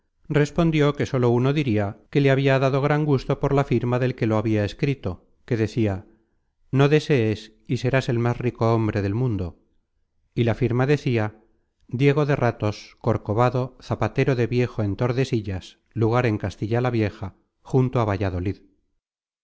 respondió que sólo uno diria que le habia dado gran gusto por la firma del que lo habia escrito que decia no desees y serás el más rico hombre del mundo y la firma decia diego de ratos corcovado zapatero de viejo en tordesillas lugar en castilla la vieja junto á valladolid